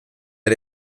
der